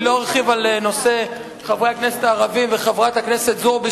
אני לא ארחיב על נושא חברי הכנסת הערבים וחברת הכנסת זועבי,